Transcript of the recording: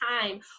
time